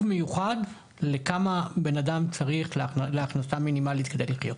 מיוחד - כמה בן אדם צריך להכנסה מינימלית כדי לחיות.